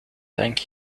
thank